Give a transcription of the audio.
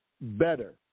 better